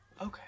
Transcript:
Okay